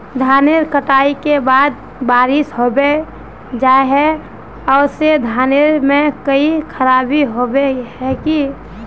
धानेर कटाई के बाद बारिश होबे जाए है ओ से धानेर में कोई खराबी होबे है की?